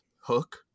hook